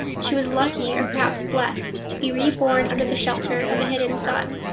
she was lucky, or perhaps blessed, to be reborn under the shelter of a hidden sun.